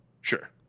Sure